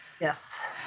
Yes